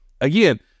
Again